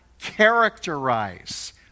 characterize